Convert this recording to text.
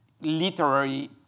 literary